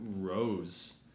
Rose